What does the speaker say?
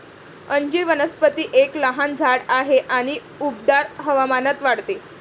अंजीर वनस्पती एक लहान झाड आहे आणि उबदार हवामानात वाढते